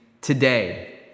today